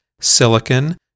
silicon